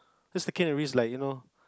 that's the kind of risk like you know